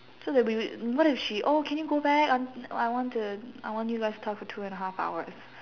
so that we would what if she oh can you go back I I want to I want you guys to talk for two and a half hours